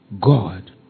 God